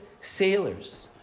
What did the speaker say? sailors